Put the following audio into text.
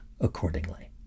accordingly